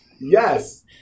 Yes